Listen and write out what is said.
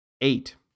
Eight